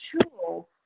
tool